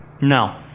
No